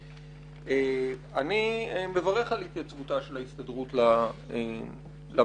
אני מברך על התייצבותה של ההסתדרות למאבק